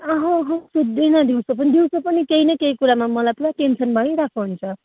सुत्दिनँ दिउँसो पनि दिउँसो पनि केही न केही कुरामा मलाई पुरा टेन्सन भइरहेको हुन्छ